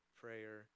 prayer